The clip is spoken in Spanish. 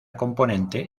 componente